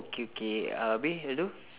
okay okay uh abeh hello